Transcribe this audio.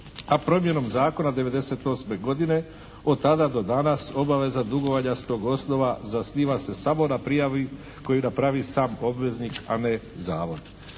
a promjenom zakona '98. godine od tada do danas obaveza dugovanja s tog osnova zasniva se samo na prijavi koju napravi sam obveznik, a ne zavod.